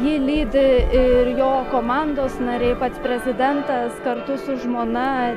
jį lydi ir jo komandos nariai pats prezidentas kartu su žmona